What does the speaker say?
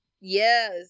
Yes